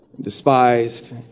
despised